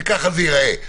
וככה זה ייראה.